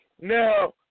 Now